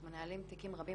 אנחנו מנהלים תיקים רבים